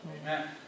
Amen